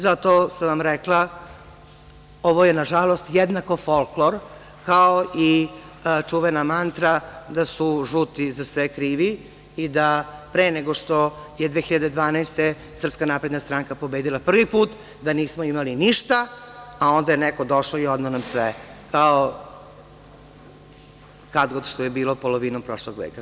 Zato sam vam rekla – ovo je, nažalost, jednako folklor kao i čuvena mantra da su žuti za sve krivi i da, pre nego što je 2012. godine SNS pobedila prvi put, nismo imali ništa, a onda je neko došao i odneo nam sve, kao kad god što je bilo polovinom prošlog veka.